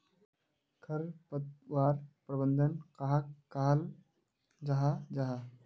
खरपतवार प्रबंधन कहाक कहाल जाहा जाहा?